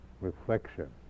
reflection